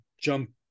jump